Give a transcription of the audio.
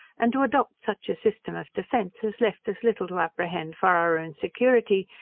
and to adopt such a system of defence, as left us little to apprehend for our own security,